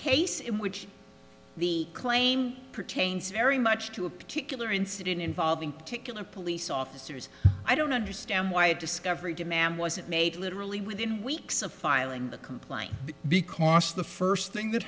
case in which the claim pertains very much to a particular incident involving particular police officers i don't understand why a discovery demand wasn't made literally within weeks of filing a complaint because the first thing that